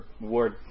word